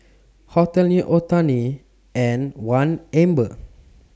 Hotel New Otani and one Amber